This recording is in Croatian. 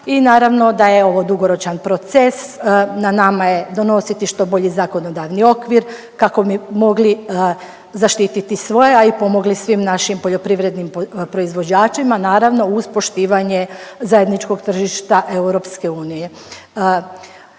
i naravno da je ovo dugoročan proces, na nama je donositi što bolji zakonodavni okvir kako bi mogli zaštititi svoje, a i pomogli svim našim poljoprivrednim proizvođačima, naravno, uz poštivanje zajedničkog tržišta EU.